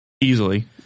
Easily